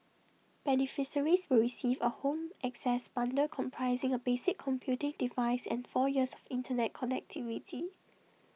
beneficiaries will receive A home access bundle comprising A basic computing device and four years of Internet connectivity